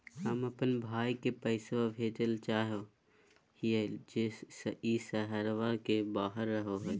हम अप्पन भाई के पैसवा भेजल चाहो हिअइ जे ई शहर के बाहर रहो है